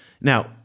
Now